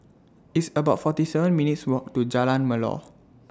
It's about forty seven minutes' Walk to Jalan Melor